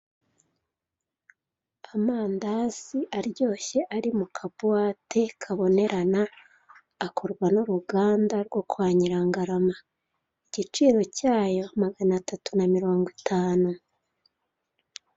Amandazi aryoshye ari mu kabuwate kabonerana akorwa n'uruganda rwo kwa Nyirangarama igiciro cyayo maganatatu mirongo itanu.